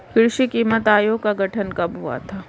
कृषि कीमत आयोग का गठन कब हुआ था?